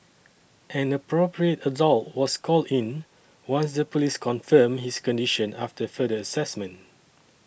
an Appropriate Adult was called in once the police confirmed his condition after further assessment